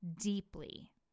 deeply